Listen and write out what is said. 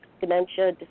Dementia